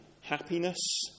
happiness